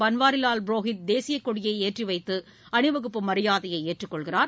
பன்வாரிவால் புரோஹித் தேசியக் கொடியை ஏற்றிவைத்து அணிவகுப்பு மரியாதையை ஏற்றுக் கொள்கிறார்